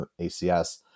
ACS